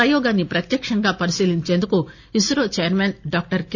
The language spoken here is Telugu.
ప్రయోగాన్ని ప్రత్యక్షంగా పరిశీలించేందుకు ఇస్రో చైర్మన్ డాక్టర్ కె